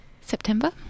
September